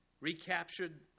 recaptured